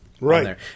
Right